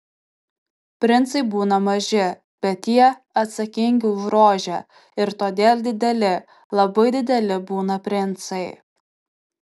princai būna maži bet jie atsakingi už rožę ir todėl dideli labai dideli būna princai